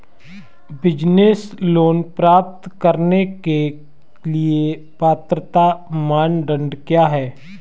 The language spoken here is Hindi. बिज़नेस लोंन प्राप्त करने के लिए पात्रता मानदंड क्या हैं?